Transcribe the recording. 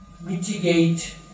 mitigate